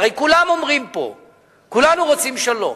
הרי כולם אומרים פה שכולנו רוצים שלום.